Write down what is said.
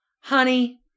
Honey